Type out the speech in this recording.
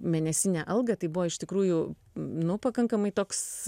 mėnesinę algą tai buvo iš tikrųjų nu pakankamai toks